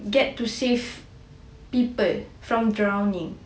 get to save people from drowning